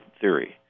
theory